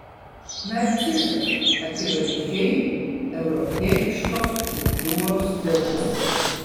narcizas akivaizdžiai europietiškos kultūros filmas